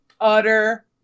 utter